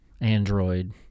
Android